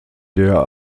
der